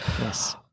Yes